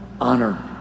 honor